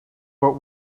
but